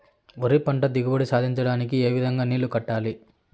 వరి పంట దిగుబడి సాధించడానికి, ఏ విధంగా నీళ్లు కట్టాలి?